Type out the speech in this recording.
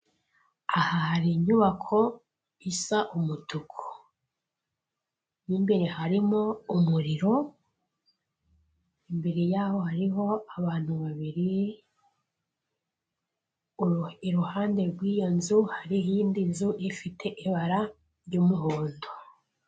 Aha hari inyubako isa umutuku mo imbere harimo umuriro, imbere yaho hariho abantu babiri, iruhande rw'iyo nzu hari iyindi nzu ifite ibara ry'umuhondo.